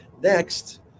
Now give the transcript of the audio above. Next